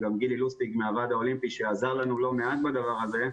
גילי לוסטיג מהוועד האולימפי שעזר לנו לא מעט בדבר הזה,